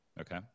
Okay